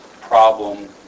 problem